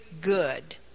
good